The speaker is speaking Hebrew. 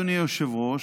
אדוני היושב-ראש,